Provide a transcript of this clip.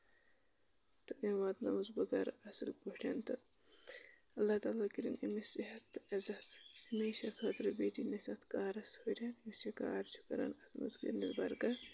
تہٕ أمۍ واتنٲوٕس بہ گرٕ اَصٕل پٲٹھٮۍ تہٕ اللہ تعالیٰ کٔرِنۍ أمِس صحت تہٕ عِزت ہمیشہٕ خٲطرٕ بیٚیہِ دِیٖنٮ۪س اَتھ کارَس ہُریر یُس یہِ کار چھُ کران یَتھ مںز کٔرنس برکت